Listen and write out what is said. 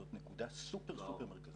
זאת נקודה סופר סופר מרכזית.